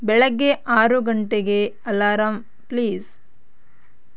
ಬೆಳಗ್ಗೆ ಆರು ಗಂಟೆಗೆ ಅಲಾರಾಮ್ ಪ್ಲೀಸ್